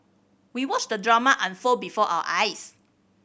we watched the drama unfold before our eyes